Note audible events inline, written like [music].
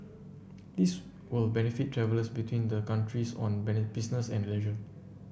this will benefit travellers between the countries on [unintelligible] business and leisure